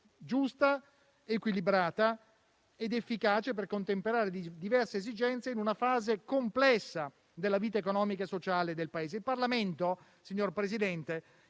giusta, equilibrata ed efficace per contemperare diverse esigenze in una fase complessa della vita economica e sociale del Paese. Il Parlamento, signor Presidente,